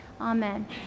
Amen